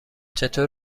چطور